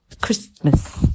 Christmas